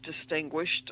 distinguished